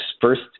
first